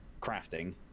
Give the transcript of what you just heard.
crafting